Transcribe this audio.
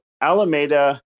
Alameda